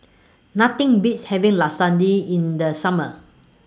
Nothing Beats having Lasagne in The Summer